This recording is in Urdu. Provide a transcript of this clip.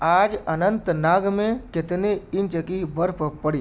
آج اننت ناگ میں کتنے انچ کی برف پڑی